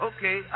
Okay